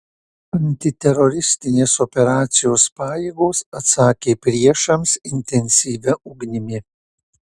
antiteroristinės operacijos pajėgos atsakė priešams intensyvia ugnimi